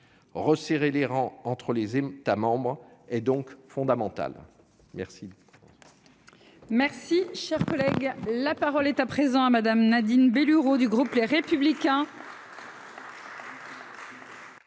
Resserrer les rangs entre les États membres est donc fondamental. La